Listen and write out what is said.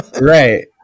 Right